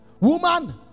Woman